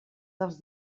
dels